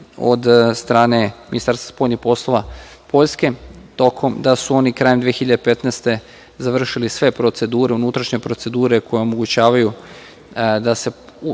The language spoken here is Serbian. od strane Ministarstva spoljnih poslova Poljske da su oni krajem 2015. godine završili sve procedure, unutrašnje procedure koje omogućavaju da se